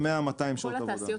לכל התעשיות.